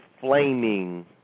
flaming